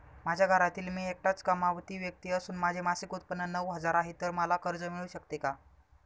माझ्या घरातील मी एकटाच कमावती व्यक्ती असून माझे मासिक उत्त्पन्न नऊ हजार आहे, तर मला कर्ज मिळू शकते का?